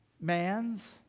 Mans